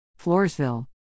Floresville